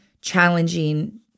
challenging